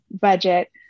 Budget